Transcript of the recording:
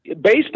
Based